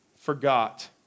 forgot